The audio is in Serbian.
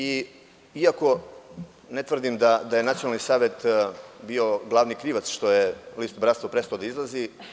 Iako, ne tvrdim da je Nacionalni savet bio glavni krivac što je list „Bratstvo“ prestao da izlazi.